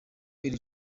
iri